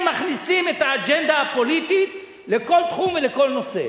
הם מכניסים את האג'נדה הפוליטית לכל תחום ולכל נושא.